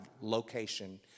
location